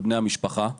לבני המשפחה שלו.